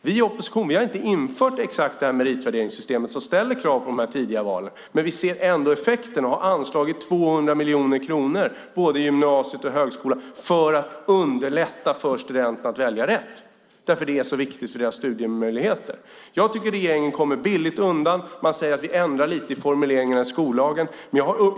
Vi i oppositionen har inte infört exakt det meritvärderingssystem som ställer krav på de tidiga valen, men vi ser ändå effekten och har anslagit 200 miljoner kronor i gymnasiet och högskolan för att underlätta för studenterna att välja rätt eftersom det är så viktigt för deras studiemöjligheter. Jag tycker att regeringen kommer billigt undan. Man säger att man ändrar lite i formuleringen i skollagen.